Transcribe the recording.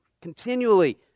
continually